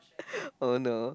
oh no